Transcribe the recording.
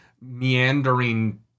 meandering